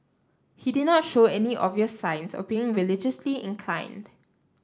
he did not show any obvious signs of being religiously inclined